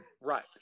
Right